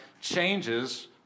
changes